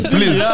Please